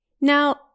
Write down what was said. Now